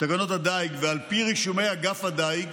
הדיג ועל פי רישומי אגף הדיג